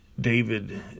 David